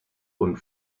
und